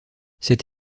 cette